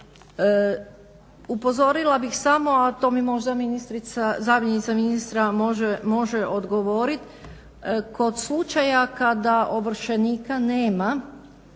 Upozorila bih samo, a to mi zamjenica ministra može odgovoriti kod slučaja kada ovršenika nema